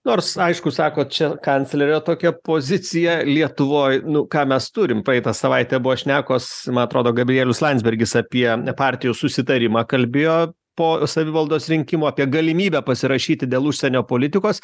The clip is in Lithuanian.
nors aišku sako čia kanclerio tokia pozicija lietuvoj nu ką mes turim praeitą savaitę buvo šnekos man atrodo gabrielius landsbergis apie partijų susitarimą kalbėjo po savivaldos rinkimų apie galimybę pasirašyti dėl užsienio politikos